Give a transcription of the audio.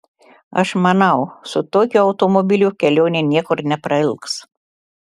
aš manau su tokiu automobiliu kelionė niekur neprailgs